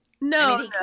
No